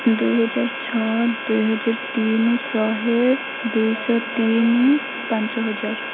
ଦୁଇହଜାର ଛଅ ଦୁଇହଜାର ତିନି ଶହେ ଦୁଇଶହ ତିନି ପାଞ୍ଚ ହଜାର